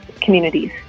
communities